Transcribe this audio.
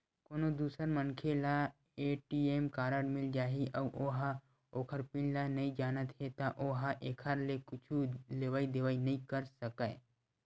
कोनो दूसर मनखे ल ए.टी.एम कारड मिल जाही अउ ओ ह ओखर पिन ल नइ जानत हे त ओ ह एखर ले कुछु लेवइ देवइ नइ कर सकय